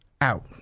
out